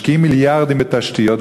משקיעים מיליארדים בתשתיות,